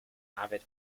avid